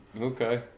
Okay